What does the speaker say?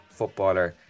footballer